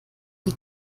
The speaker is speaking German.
wie